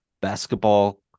basketball